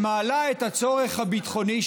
שמעלה את הצורך הביטחוני,